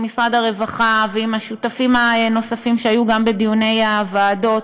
משרד הרווחה ועם השותפים הנוספים שהיו גם בדיוני הוועדות.